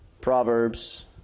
Proverbs